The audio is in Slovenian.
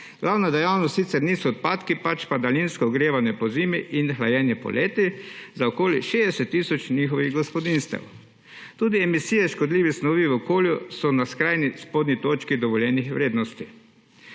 Glavna dejavnost sicer niso odpadki, pač pa daljinska ogrevanja pozimi in hlajenje poleti za okoli 60 tisoč njihovih gospodinjstev. Tudi emisije škodljivih snovi v okolju so na skrajni spodnji točki dovoljenih vrednosti.